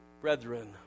brethren